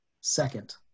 second